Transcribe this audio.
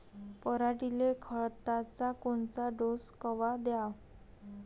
पऱ्हाटीले खताचा कोनचा डोस कवा द्याव?